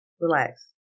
Relax